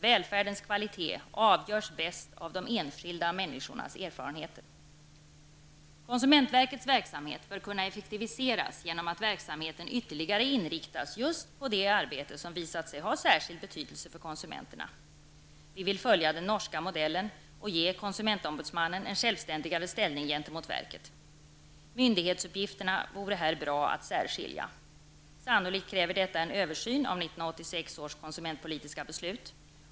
Välfärdens kvalitet avgörs bäst av de enskilda människornas erfarenheter. Konsumentverkets verksamhet bör kunna effektiviseras genom att verksamheten ytterligare inriktas just på det arbete som visat sig ha särskilt stor betydelse för konsumenterna. Vi vill följa den norska modellen och ge konsumentombudsmannen en självständigare ställning gentemot verket. Myndighetsuppgifterna vore här bra att särskilja. Sannolikt kräver detta en översyn av 1986 års konsumentpolistiska beslut.